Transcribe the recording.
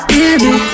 baby